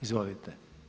Izvolite.